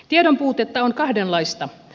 tiedon puutetta on kahdenlaista